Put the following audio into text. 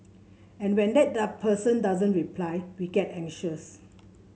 and when that person doesn't reply we get anxious